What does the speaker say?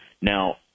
Now